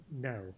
No